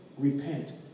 Repent